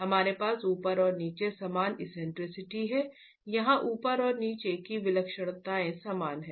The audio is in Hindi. हमारे पास ऊपर और नीचे समान एक्सेंट्रिसिटी है यहां ऊपर और नीचे की विलक्षणताएं समान हैं